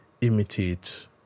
imitate